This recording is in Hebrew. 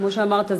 כמו שאמרת,